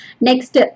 Next